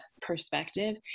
perspective